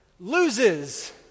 Loses